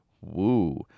Woo